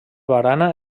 barana